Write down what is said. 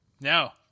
No